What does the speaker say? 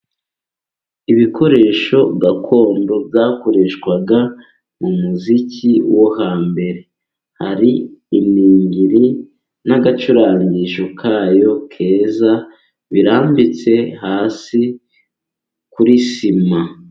Ibikoresho gakondo byakoreshwaga mu muziki wo hambere, hari iningiri n'agacurangisho kayo keza birambitse hasi kuri sima.